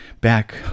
back